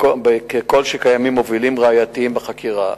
ככל שקיימים מובילים ראייתיים בחקירה.